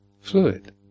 fluid